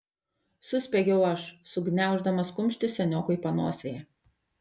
suspiegiau aš sugniauždamas kumštį seniokui panosėje